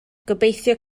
gobeithio